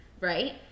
right